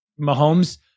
Mahomes